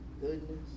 goodness